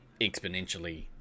exponentially